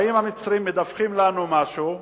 באים המצרים, מדווחים לנו משהו,